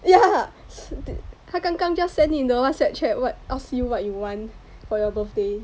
ya 他刚刚 just send in the Whatsapp chat what ask you what you want for your birthday